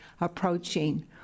approaching